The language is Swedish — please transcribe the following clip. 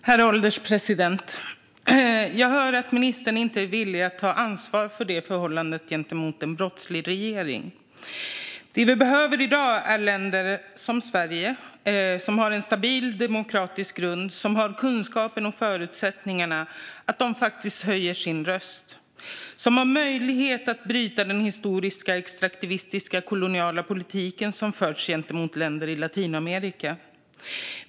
Herr ålderspresident! Jag hör att ministern inte är villig att ta ansvar för förhållandet gentemot en brottslig regering. Det vi behöver i dag är att länder som Sverige, som har en stabil demokratisk grund och kunskapen och förutsättningarna, faktiskt höjer sina röster. De har möjlighet att bryta den extraktivistiska, koloniala politik som historiskt förts mot länder i Latinamerika.